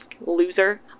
loser